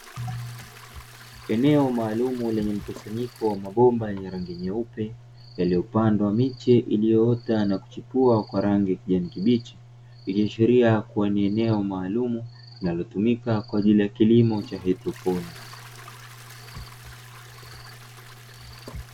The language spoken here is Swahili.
Eneo maalumu lenye mkusanyiko wa mabomba yenye rangi nyeupe, yaliyopandwa miche iliyoota na kuchepua kwa rangi ya kijani kibichi, ikiashiria kuwa ni eneo maalumu linalotumika kwa ajili ya kilimo cha haidroponi.